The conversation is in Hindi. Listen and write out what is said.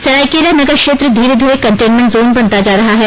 सरायकेला नगर क्षेत्र धीरे धीरे कंटेनमेंट जोन बनता जा रहा है